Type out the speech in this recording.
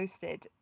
posted